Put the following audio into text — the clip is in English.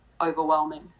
overwhelming